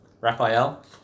Raphael